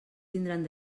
tindran